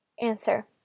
Answer